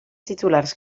titulars